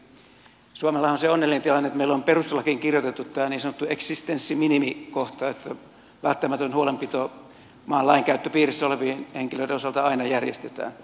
suomella on se onnellinen tilanne että meillä on perustuslakiin kirjoitettu tämä niin sanottu eksistenssiminimikohta että välttämätön huolenpito maan lainkäyttöpiirissä olevien henkilöiden osalta aina järjestetään